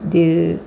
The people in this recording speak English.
dia